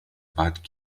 bat